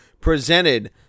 presented